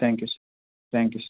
thank you sir thank you sir